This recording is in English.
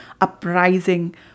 uprising